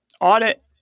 audit